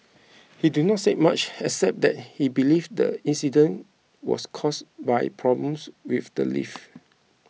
he did not say much except that he believes the incident was caused by problems with the lift